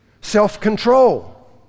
Self-control